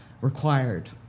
required